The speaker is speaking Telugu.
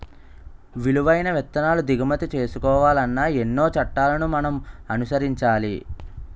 విలువైన విత్తనాలు దిగుమతి చేసుకోవాలన్నా ఎన్నో చట్టాలను మనం అనుసరించాలి